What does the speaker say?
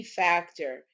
factor